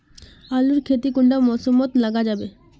आलूर खेती कुंडा मौसम मोत लगा जाबे?